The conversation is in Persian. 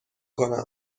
کنم